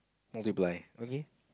multiply okay